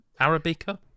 Arabica